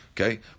Okay